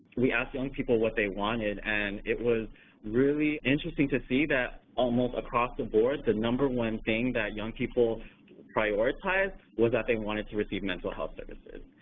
we asked young people what they wanted and it was really interesting to see that almost across the board the number one thing that young people prioritized was that they wanted to receive mental health services.